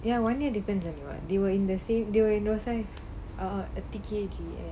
ya one year difference only what they were in the same you know say ah T_K_G_S